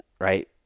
Right